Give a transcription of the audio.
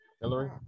Hillary